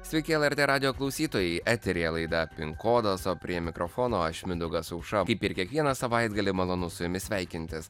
sveiki lrt radijo klausytojai eteryje laida pin kodas o prie mikrofono aš mindaugas aušra kaip ir kiekvieną savaitgalį malonu su jumis sveikintis